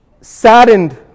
saddened